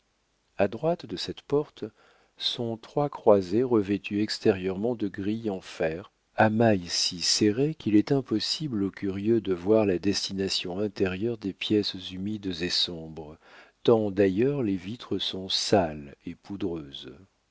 a droite de cette porte sont trois croisées revêtues extérieurement de grilles en fer à mailles si serrées qu'il est impossible aux curieux de voir la destination intérieure des pièces humides et sombres tant d'ailleurs les vitres sont sales et poudreuses